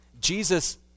Jesus